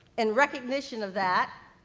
in recognition of that,